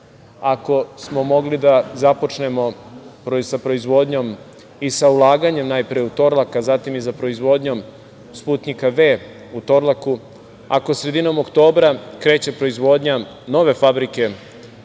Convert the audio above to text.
ako smo mogli da započnemo sa proizvodnjom i sa ulaganjem najpre u „Torlak“, a zatim i sa proizvodnjom Sputnjik-V u „Torlaku“, ako sredinom oktobra kreće proizvodnja nove fabrike